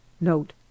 Note